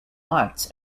arts